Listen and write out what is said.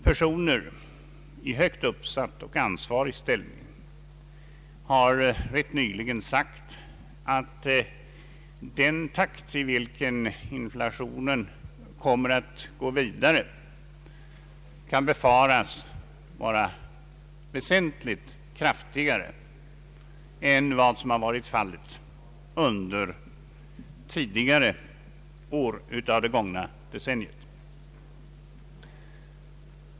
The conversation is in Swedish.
Personer i högt uppsatt och ansvarig ställning har nyligen sagt att det kan befaras att inflationen kommer att gå vidare i väsentligt snabbare takt än under tidigare år av det gångna decenniet.